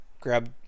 Grab